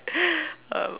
um